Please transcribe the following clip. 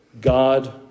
God